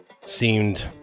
seemed